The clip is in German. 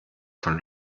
von